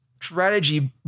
strategy